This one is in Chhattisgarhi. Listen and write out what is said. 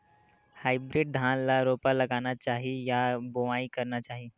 हाइब्रिड धान ल रोपा लगाना चाही या बोआई करना चाही?